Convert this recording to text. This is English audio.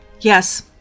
Yes